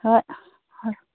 ꯍꯣꯏ ꯍꯣꯏ